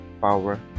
power